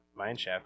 Mineshaft